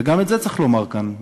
וגם את זה צריך לומר כאן,